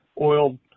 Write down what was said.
Oil